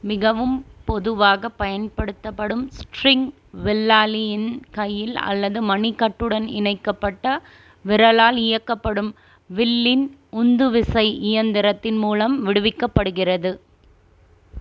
மிகவும் பொதுவாக பயன்படுத்தப்படும் ஸ்ட்ரிங் வில்லாளியின் கையில் அல்லது மணிக்கட்டுடன் இணைக்கப்பட்ட விரலால் இயக்கப்படும் வில்லின் உந்துவிசை இயந்திரத்தின் மூலம் விடுவிக்கப்படுகிறது